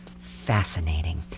Fascinating